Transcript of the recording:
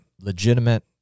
legitimate